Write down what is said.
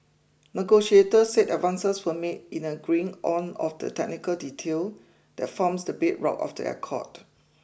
negotiators said advances were made in agreeing on of the technical detail that forms the bedrock of the accord